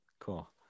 Cool